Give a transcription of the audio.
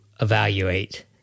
evaluate